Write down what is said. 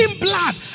blood